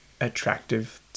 attractive